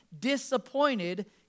disappointed